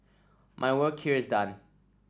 my work here is done